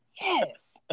Yes